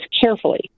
carefully